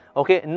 okay